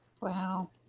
Wow